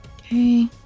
Okay